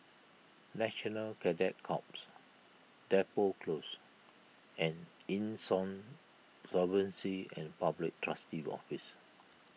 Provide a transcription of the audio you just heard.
National Cadet Corps Depot Close and Insolvency and Public Trustee's Office